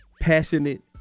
passionate